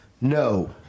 no